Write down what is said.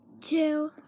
Two